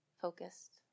focused